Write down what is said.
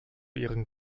ihren